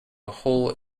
hole